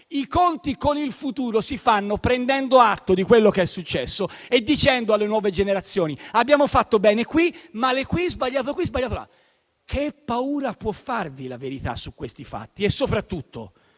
I conti con il futuro si fanno prendendo atto di quello che è successo e dicendo alle nuove generazioni: abbiamo fatto bene qui, ma abbiamo sbagliato qui e lì. Che paura può farvi la verità su questi fatti? E, soprattutto: